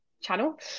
channel